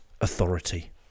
authority